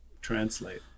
translate